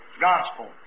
Gospel